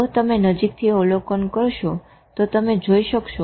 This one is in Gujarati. જો તમે નજીકથી અવલોકન કરશો તો તમે જોઈ શકશો